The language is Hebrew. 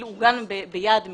אפילו עוגן ביעד משלו,